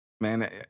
Man